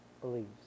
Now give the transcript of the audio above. believes